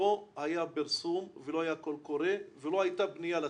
לא היה פרסום ולא היה קול קורא ולא הייתה פנייה לציבור.